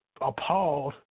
appalled